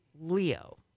Leo